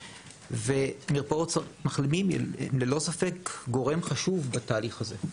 ומרפאות מחלימים הן גורם חשוב בתהליך הזה,